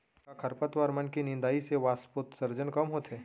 का खरपतवार मन के निंदाई से वाष्पोत्सर्जन कम होथे?